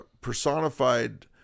personified